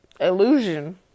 illusion